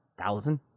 thousand